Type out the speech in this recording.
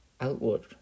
outward